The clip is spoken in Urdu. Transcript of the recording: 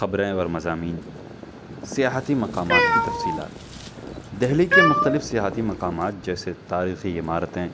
خبریں اور مضامین سیاحتی مقامات کی تفصیلات دہلی کے مختلف سیاحتی مقامات جیسے تاریخی عمارتیں